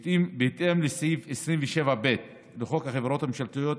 בהתאם לסעיף 27ב לחוק החברות הממשלתיות,